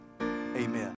Amen